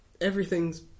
everything's